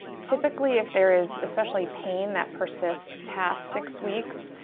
typically if there is, especially pain that persists past six weeks,